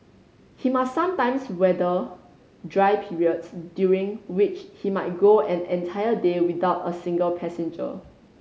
he must sometimes weather dry periods during which he might go and an entire day without a single passenger